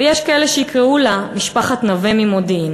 ויש כאלה שיקראו לו "משפחת נוה ממודיעין".